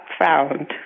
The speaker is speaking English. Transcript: found